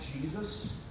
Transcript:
Jesus